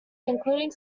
including